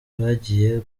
bagiye